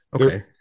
okay